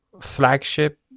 flagship